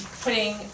putting